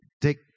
take